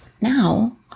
now